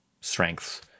strengths